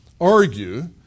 argue